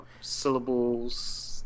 syllables